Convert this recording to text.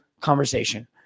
conversation